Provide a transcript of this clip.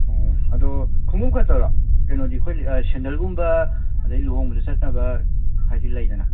ꯎꯝ ꯑꯗꯣ ꯈꯣꯡꯎꯞ ꯈꯛꯇꯔꯣ ꯀꯩꯅꯣꯗꯤ ꯑꯩꯈꯣꯏ ꯁꯦꯟꯗꯜꯒꯨꯝꯕ ꯑꯗꯩ ꯂꯨꯍꯣꯡꯕꯗ ꯆꯠꯅꯕ ꯍꯥꯏꯗꯤ ꯂꯩꯗꯅ